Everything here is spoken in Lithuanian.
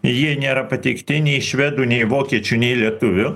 jie nėra pateikti nei švedų nei vokiečių nei lietuvių